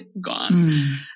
gone